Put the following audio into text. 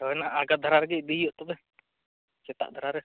ᱦᱳᱭ ᱚᱱᱟ ᱟᱬᱜᱟᱫ ᱫᱷᱟᱨᱟᱜᱮ ᱤᱫᱤ ᱦᱩᱭᱩᱜᱼᱟ ᱛᱚᱵᱮ ᱥᱮᱛᱟᱜ ᱫᱷᱟᱨᱟᱨᱮ